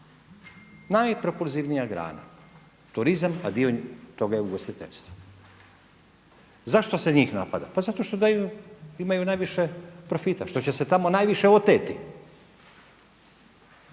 Najpropulzivnija grana turizam a dio toga je ugostiteljstvo. Zašto se njih napada? Pa zato što daju, imaju najviše profita, što će se tamo najviše oteti.